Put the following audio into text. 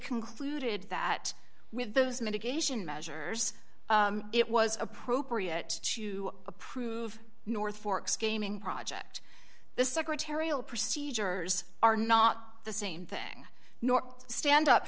concluded that with those mitigation measures it was appropriate to approve north fork's gaming project the secretarial procedures are not the same thing nor stand up